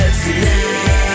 tonight